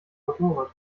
motorrad